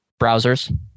Browsers